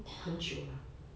很久了